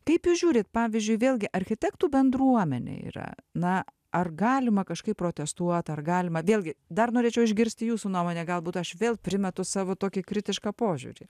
kaip jūs žiūrit pavyzdžiui vėlgi architektų bendruomenė yra na ar galima kažkaip protestuot ar galima vėlgi dar norėčiau išgirsti jūsų nuomonę galbūt aš vėl primetu savo tokį kritišką požiūrį